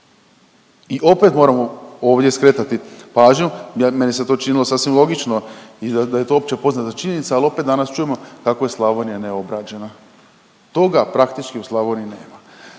i opet moram ovdje skretati pažnju, meni se to činilo sasvim logično i da je to opće poznata činjenica, al opet danas čujemo kako je Slavonija neobrađena. Toga praktički u Slavoniji nema.